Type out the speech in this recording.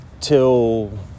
till